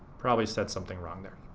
probably said something wrong there.